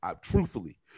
truthfully